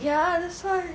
ya that's why